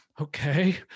Okay